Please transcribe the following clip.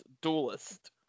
duelist